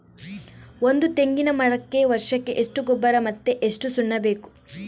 ಒಂದು ತೆಂಗಿನ ಮರಕ್ಕೆ ವರ್ಷಕ್ಕೆ ಎಷ್ಟು ಗೊಬ್ಬರ ಮತ್ತೆ ಎಷ್ಟು ಸುಣ್ಣ ಬೇಕು?